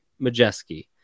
Majeski